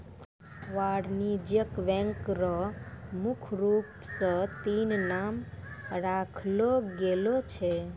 वाणिज्यिक बैंक र मुख्य रूप स तीन नाम राखलो गेलो छै